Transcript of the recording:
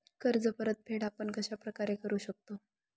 कर्ज परतफेड आपण कश्या प्रकारे करु शकतो?